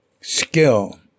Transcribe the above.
skill